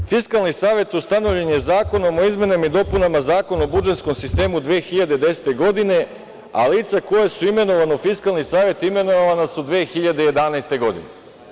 Znate, Fiskalni savet je ustanovljen zakonom o izmenama i dopunama Zakona o budžetskom sistemu 2010. godine, a lica koja su imenovana u Fiskalni savet su imenovana 2011. godine.